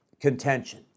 contention